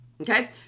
Okay